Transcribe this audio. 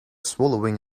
swallowing